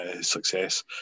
success